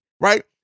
right